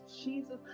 Jesus